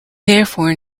therefore